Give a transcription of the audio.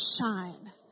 shine